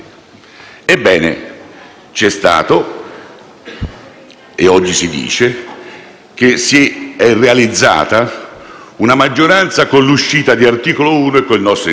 e oggi si dice che si è realizzata una maggioranza con l'uscita di Articolo 1 - MDP e con il nostro ingresso. Non è vero.